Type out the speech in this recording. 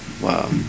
Wow